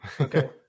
Okay